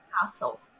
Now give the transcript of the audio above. castle